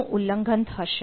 નું ઉલ્લંઘન થશે